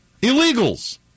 Illegals